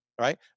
Right